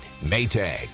Maytag